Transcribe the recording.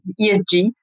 ESG